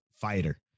fighter